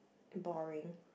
boring